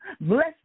Bless